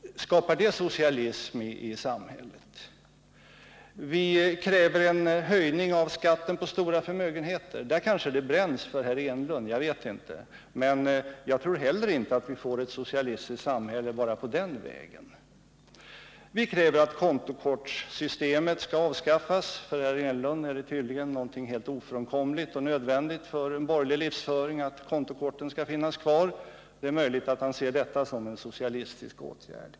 Skapar det socialism i samhället? Vi kräver en höjning av skatten på stora förmögenheter. Jag vet inte, men där kanske det bränns för Eric Enlund. Men jag tror inte att vi får ett socialistiskt samhälle bara på den vägen. Vi kräver också att kontokortssystemet skall avskaffas. För Eric Enlund och för en borgerlig livsföring är det tydligen helt nödvändigt att kontokorten finns kvar. Det är möjligt att han därför ser ett avskaffande av kontokorten som en socialistisk åtgärd.